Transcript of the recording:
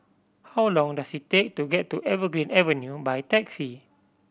how long does it take to get to Evergreen Avenue by taxi